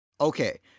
okay